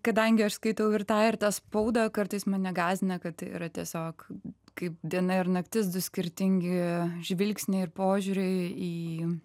kadangi aš skaitau ir tą ir tą spaudą kartais mane gąsdina kad yra tiesiog kaip diena ir naktis du skirtingi žvilgsniai ir požiūriai į